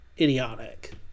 idiotic